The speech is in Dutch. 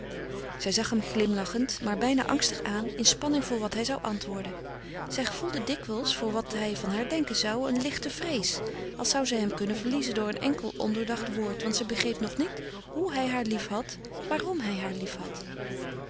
zij zag hem glimlachend maar bijna angstig aan in spanning voor wat hij zou antwoorden zij gevoelde dikwijls voor wat hij van haar denken zou een lichte vrees als zou zij hem kunnen verliezen door een enkel ondoordacht woord want zij begreep nog niet hoe hij haar liefhad waarom hij haar liefhad